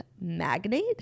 magnate